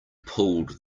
pulled